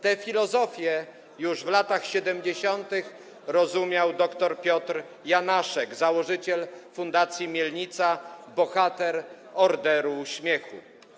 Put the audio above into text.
Tę filozofię już w latach 70. rozumiał dr Piotr Janaszek, założyciel Fundacji Mielnica, bohater Orderu Uśmiechu.